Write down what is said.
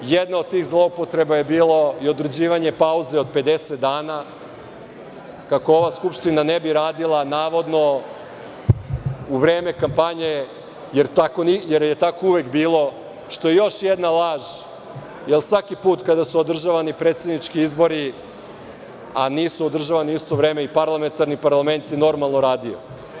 Jedna od tih zloupotreba je bila i određivanje pauze od 50 dana kako ova skupština ne bi radila navodno u vreme kampanje, jer je tako uvek bilo, što je još jedna laž, jer svaki put kada su održavani predsednički izbori, a nisu održavani u isto vreme i parlamentarni, parlament je normalno radio.